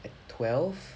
like twelve